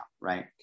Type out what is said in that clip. right